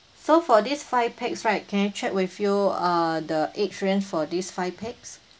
so for this five pax right can I check with you uh the age range for these five pax